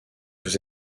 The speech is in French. vous